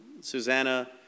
Susanna